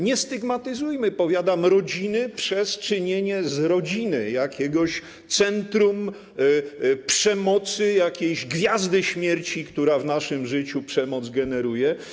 Nie stygmatyzujmy, powiadam, rodziny przez czynienie z rodziny jakiegoś centrum przemocy, jakiejś Gwiazdy Śmierci, która w naszym życiu przemoc generuje.